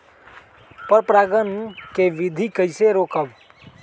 पर परागण केबिधी कईसे रोकब?